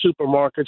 supermarkets